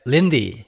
Lindy